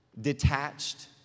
detached